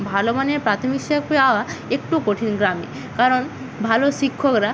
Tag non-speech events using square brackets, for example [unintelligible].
ভালো মানে প্রাথমিক [unintelligible] একটু কঠিন গ্রামে কারণ ভালো শিক্ষকরা